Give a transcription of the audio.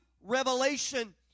revelation